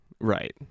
Right